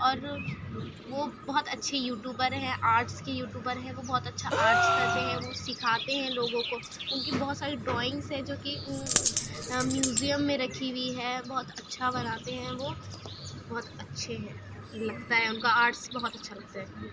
اور وہ بہت اچھے یوٹوبر ہیں آرٹس کے یوٹوبر ہیں وہ بہت اچھا آرٹس کرتے ہیں وہ سکھاتے ہیں لوگوں کو ان کی بہت سارے ڈرائنگس ہیں جو کہ میوزیم میں رکھی ہوئی ہے بہت اچھا بناتے ہیں وہ بہت اچھے ہیں لگتا ہے ان کا آرٹس بہت اچھا لگتا ہے